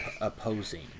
opposing